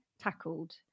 Tackled